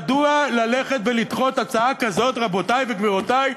מדוע ללכת ולדחות הצעה כזאת, רבותי וגבירותי?